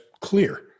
clear